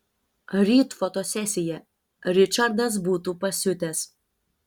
ryt fotosesija ričardas būtų pasiutęs